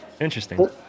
interesting